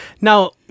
now